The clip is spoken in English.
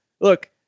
look